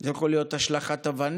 זה יכול להיות השלכת אבנים,